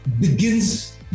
begins